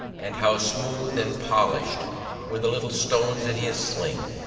and how smooth and polished were the little stones in his sling!